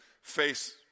face